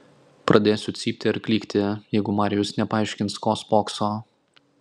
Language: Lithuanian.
pradėsiu cypti ar klykti jeigu marijus nepaaiškins ko spokso